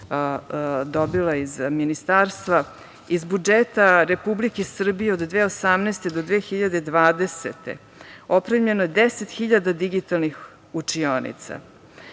dobila iz ministarstva. Iz budžeta Republike Srbije od 2018. do 2020. godine opremljeno je 10.000 digitalnih učionica,